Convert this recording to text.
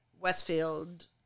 Westfield